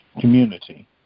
community